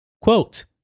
Quote